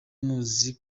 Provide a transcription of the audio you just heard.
muzi